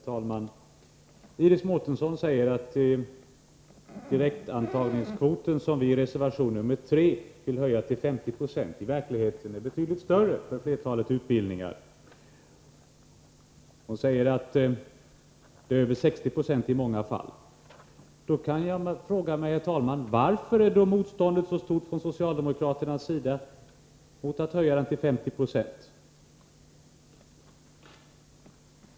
Herr talman! Iris Mårtensson säger att direktantagningskvoten, som vi i reservation nr 3 föreslår skall höjas till 50 96, i verkligheten är betydligt större för flertalet utbildningar. Hon säger att den är över 60 96 i många fall. Då frågar jag mig, herr talman: Varför är då motståndet så stort från socialdemokraternas sida mot att höja kvoten till 50 96?